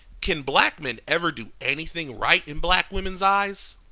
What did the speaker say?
can black men ever do anything right in black women's eyes?